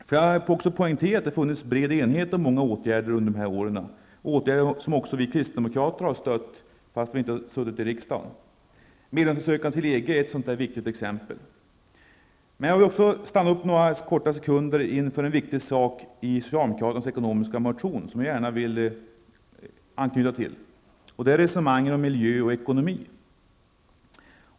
Får jag poängtera att det har funnits bred enighet om många åtgärder under dessa år, åtgärder som också vi kristdemokrater har stött även om vi inte suttit i riksdagen. Medlemsansökan till EG är ett viktigt exempel. Jag vill gärna stanna upp en stund inför en viktig sak i socialdemokraternas ekonomiska motion. Det gäller resonemanget om miljö och ekonomi.